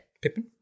Pippin